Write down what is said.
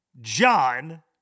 john